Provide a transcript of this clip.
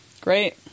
Great